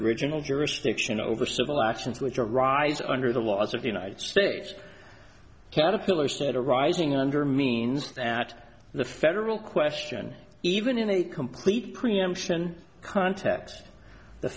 original jurisdiction over civil actions which arise under the laws of the united states caterpillars that are arising under means that the federal question even in a complete preemption context the